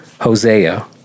Hosea